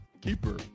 keeper